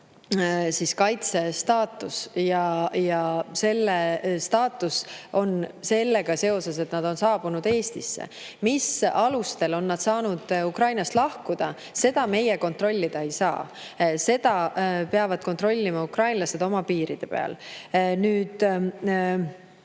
saanute staatus. Ja selline staatus on sellega seoses, et nad on saabunud Eestisse. Mis alustel on nad saanud Ukrainast lahkuda, seda meie kontrollida ei saa, seda peavad kontrollima ukrainlased oma piiri peal. Seega